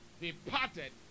departed